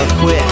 quit